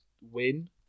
win